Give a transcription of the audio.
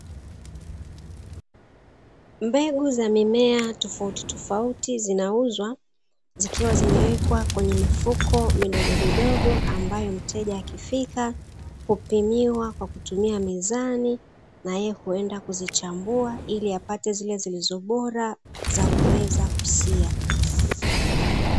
Mbegu za mimea tofautitofauti zinauzwa, zikiwa zimewekwa kwenye mifuko midogomidogo ambayo mteja akifika hupimiwa kwa kutumia mizani, na yeye huenda kuzichambua ili apate zile zilizo bora za kuweza kusia.